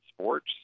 sports